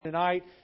Tonight